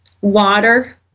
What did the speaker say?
water